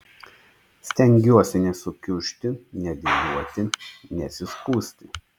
stengiuosi nesukiužti nedejuoti nesiskųsti